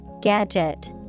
Gadget